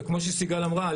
כמו שסיגל אמרה,